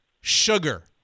Sugar